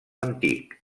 antic